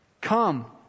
Come